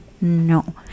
no